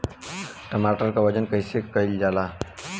टमाटर क वजन कईसे कईल जाला?